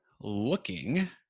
looking